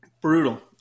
brutal